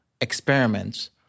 experiments